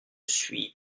suis